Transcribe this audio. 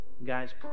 Guys